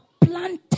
planted